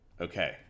Okay